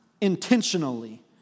intentionally